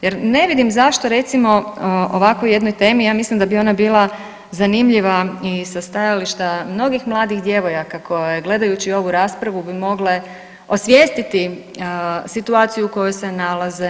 Jer ne vidim zašto recimo o ovako jednoj temi, ja mislim da bi ona bila zanimljiva i sa stajališta mnogih mladih djevojaka koje gledajući ovu raspravu bi mogle osvijestiti situaciju u kojoj se nalaze.